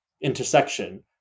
intersection